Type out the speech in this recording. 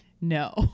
No